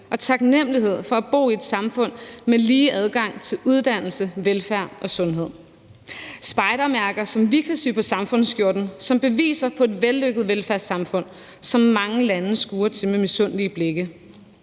og taknemligheden for at bo i et samfund med lige adgang til uddannelse, velfærd og sundhed. Det er spejdermærker, som vi kan sy på samfundsskjorten som beviser på et vellykket velfærdssamfund, som mange lande skuer til med misundelige blikke.